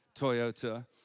Toyota